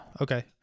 okay